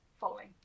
following